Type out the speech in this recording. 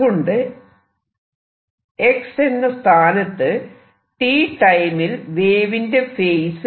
അതുകൊണ്ട് x എന്ന സ്ഥാനത്ത് t ടൈമിൽ വേവിന്റെ ഫേസ്